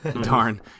Darn